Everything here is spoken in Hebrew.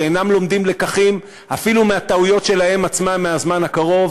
שאינם לומדים לקחים אפילו מהטעויות שלהם עצמם מהזמן הקרוב,